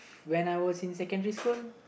when I was in secondary school